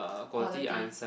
quality